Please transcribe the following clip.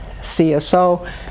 CSO